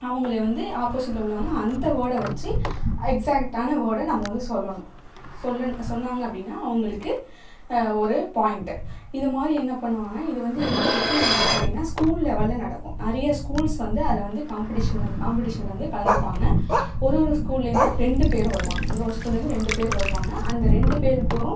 அவங்களே வந்து ஆப்போசிட்டில் உள்ளவங்கள் அந்த வேர்டை வச்சு எக்ஸாக்டான வேர்டை நம்ம வந்து சொல்லணும் சொல்ல சொன்னாங்க அப்படின்னா அவங்களுக்கு ஒரு பாயிண்ட் இது மாதிரி என்ன பண்ணுவாங்கன்னால் இது வந்து எங் எப்படி நடக்கும் அப்படின்னா ஸ்கூல் லெவலில் நடக்கும் நிறைய ஸ்கூல்ஸ் வந்து அதில் வந்து காம்ப்படீஷனில் அந்த காம்ப்படீஷனில் வந்து கலந்துப்பாங்க ஒரு ஒரு ஸ்கூல்லேருந்தும் ரெண்டு பேர் வருவாங்க ஒரு ஒரு ஸ்கூல்லேருந்து ரெண்டு பேர் வருவாங்க அந்த ரெண்டு பேருக்கும்